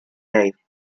life